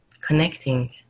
connecting